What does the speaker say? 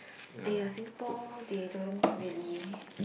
!aiya! Singapore they don't really